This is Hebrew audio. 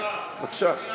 בבקשה.